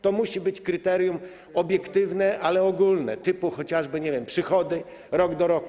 To musi być kryterium obiektywne, ale ogólne, typu chociażby, nie wiem, przychody rok do roku.